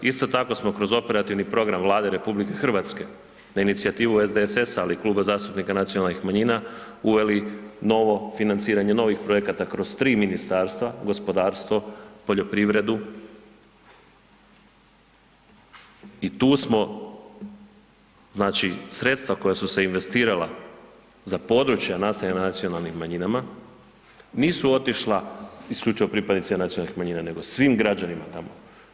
Isto tako smo kroz operativni program Vlade RH na inicijativu SDSS-a ali i Kluba zastupnika nacionalnih manjina, uveli ovo financiranje tih projekata kroz tri ministarstva, gospodarstvo, poljoprivredu i tu smo znači sredstva koja su se investirala za područja naseljena nacionalnim manjinama, nisu otišla isključivo pripadnicima nacionalnih manjina nego svim građanima tamo.